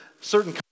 certain